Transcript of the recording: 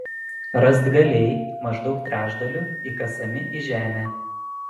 rąstgaliai maždaug trečdaliu įkasami į žemę